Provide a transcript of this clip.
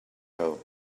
home